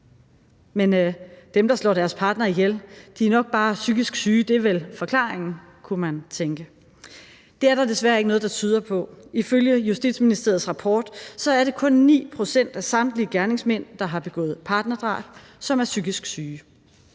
Men dem, der slår deres partner ihjel, er nok bare psykisk syge; det er vel forklaringen, kunne man tænke. Det er der desværre ikke noget, der tyder på. Ifølge Justitsministeriets rapport er det kun 9 pct. af samtlige gerningsmænd, der har begået partnerdrab, som er psykisk syge.